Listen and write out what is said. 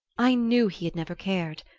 i knew he had never cared.